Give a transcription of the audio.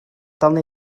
gadael